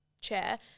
chair